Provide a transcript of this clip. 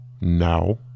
Now